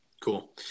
Cool